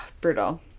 Brutal